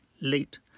late